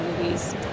movies